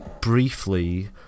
briefly